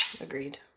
agreed